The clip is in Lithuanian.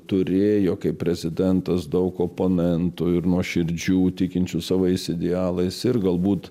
turėjo kaip prezidentas daug oponentų ir nuoširdžių tikinčių savais idealais ir galbūt